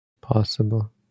possible